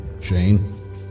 Shane